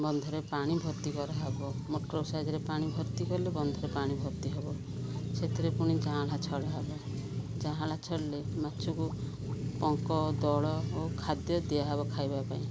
ବନ୍ଧରେ ପାଣି ଭର୍ତ୍ତି କରାହବ ମଟର ସାହାଯ୍ୟରେ ପାଣି ଭର୍ତ୍ତି କଲେ ବନ୍ଧରେ ପାଣି ଭର୍ତ୍ତି ହବ ସେଥିରେ ପୁଣି ଯାଆଁଳା ଛଡ଼ା ହବ ଯାଆଁଳା ଛାଡ଼ିଲେ ମାଛକୁ ପଙ୍କ ଦଳ ଓ ଖାଦ୍ୟ ଦିଆହବ ଖାଇବାପାଇଁ